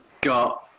got